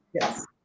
Yes